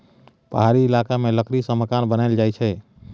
पहाड़ी इलाका मे लकड़ी सँ मकान बनाएल जाई छै